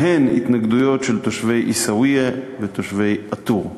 בהן התנגדויות של תושבי עיסאוויה ותושבי א-טור.